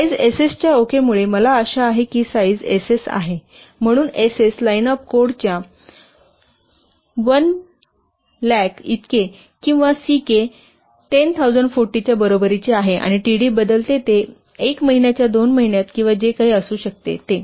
size Ss च्या ओकेमुळे मला आशा आहे की साईज Ss आहे म्हणून Ss लाईन ऑफ कोड च्या 100000 इतके किंवा Ck 10040 च्या बरोबरीचे आहे आणि td बदलते ते 1 महिन्याच्या 2 महिन्यात किंवा जे काही असू शकते ते